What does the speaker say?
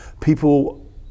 people